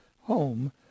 home